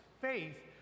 faith